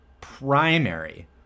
primary